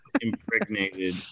impregnated